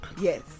Yes